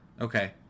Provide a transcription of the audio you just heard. Okay